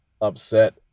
upset